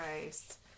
christ